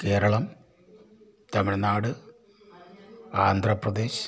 Keralam Tamil Nadu Andhra Pradesh